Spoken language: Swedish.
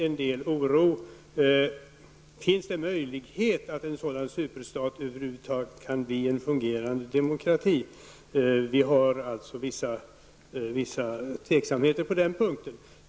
Är det över huvud taget möjligt för en sådan superstat att bli en fungerande demokrati? Vi i miljöpartiet hyser visa tvivel på den punkten.